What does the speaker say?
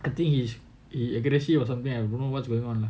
the thing is aggressive or something I don't know what is going on lah